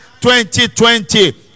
2020